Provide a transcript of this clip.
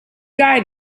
guy